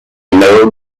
node